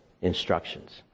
instructions